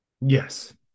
Yes